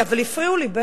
אבל הפריעו לי.